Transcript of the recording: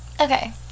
Okay